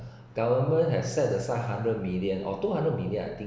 government has set aside hundred million or two hundred million I think